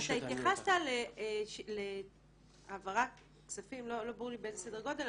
התייחסת להעברת כספים, לא ברור לי באיזה סדר גודל,